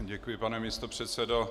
Děkuji, pane místopředsedo.